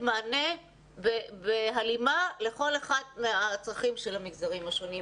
מענה בהלימה לכל אחד מן הצרכים של המגזרים השונים,